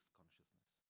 consciousness